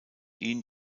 ihn